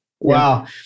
Wow